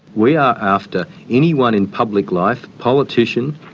we are after anyone in public life, politician,